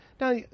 Now